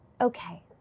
okay